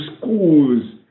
schools